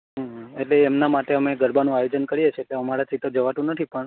એટલે એમના માટે અમે ગરબાનું આયોજન કરીએ છે કે અમારાથી તો જવાતું નથી પણ